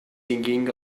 singing